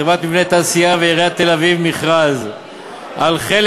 חברת "מבני תעשייה" ועיריית תל-אביב מכרז על חלק